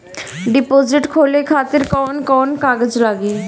Deposit खोले खातिर कौन कौन कागज लागी?